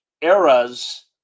eras